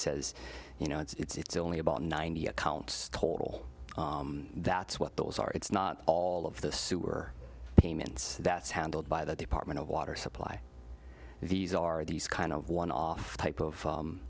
says you know it's only about ninety accounts coal that's what those are it's not all of the sewer payments that's handled by the department of water supply these are these kind of one off type of